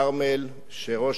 שראש המשפחה,